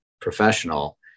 professional